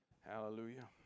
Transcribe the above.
Hallelujah